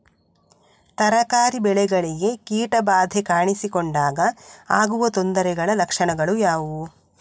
ತರಕಾರಿ ಬೆಳೆಗಳಿಗೆ ಕೀಟ ಬಾಧೆ ಕಾಣಿಸಿಕೊಂಡಾಗ ಆಗುವ ತೊಂದರೆಗಳ ಲಕ್ಷಣಗಳು ಯಾವುವು?